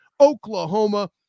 oklahoma